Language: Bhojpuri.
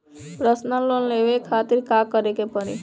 परसनल लोन लेवे खातिर का करे के पड़ी?